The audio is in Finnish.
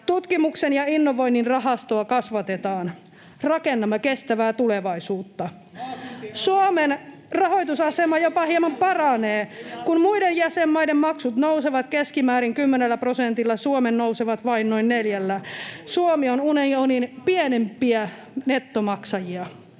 Tutkimuksen ja innovoinnin rahastoa kasvatetaan. Rakennamme kestävää tulevaisuutta. [Antti Kurvinen: Maakuntien asialla!] Suomen rahoitusasema jopa hieman paranee. Kun muiden jäsenmaiden maksut nousevat keskimäärin kymmenellä prosentilla, Suomen nousevat vain noin neljällä. Suomi on unionin pienempiä nettomaksajia.